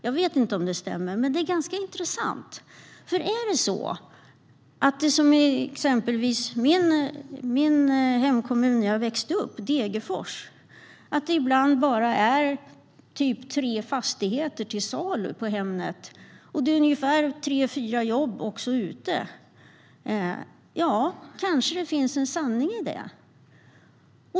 Jag vet inte om det stämmer, men om det gör det är det ganska intressant. Om det i exempelvis Degerfors, där jag växte upp, ibland bara är typ tre fastigheter till salu på Hemnet och tre fyra lediga jobb kanske det finns en sanning i det.